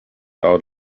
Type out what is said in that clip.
out